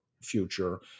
future